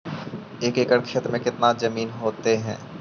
एक एकड़ खेत कितनी जमीन होते हैं?